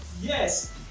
Yes